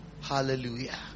Hallelujah